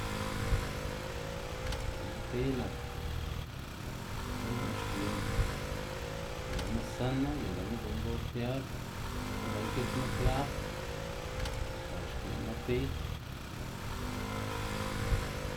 Lë' martiy nak gu'n xki'n lë'ma senu y lë'ma gun golpear bi'ldza ba iki'tsma kwlab, ga xki'n martiy.